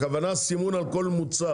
הכוונה סימון על כל מחיר.